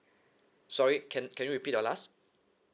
sorry can can you repeat your last